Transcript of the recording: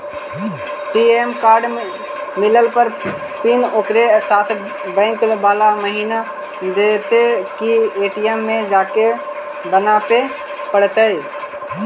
ATM card मिलला पर PIN ओकरे साथे बैक बाला महिना देतै कि ए.टी.एम में जाके बना बे पड़तै?